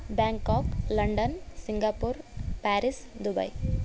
Bangkok London Singapore Paris Dubai